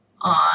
on